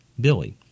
Billy